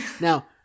Now